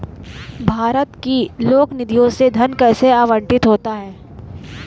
भारत की लोक निधियों से धन कैसे आवंटित होता है?